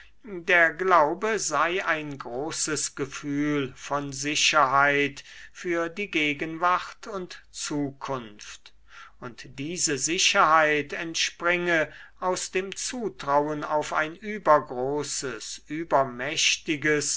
der glaube sei ein großes gefühl von sicherheit für die gegenwart und zukunft und diese sicherheit entspringe aus dem zutrauen auf ein übergroßes übermächtiges